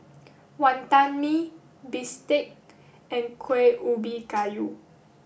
Wantan Mee Bistake and Kueh Ubi Kayu